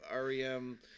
REM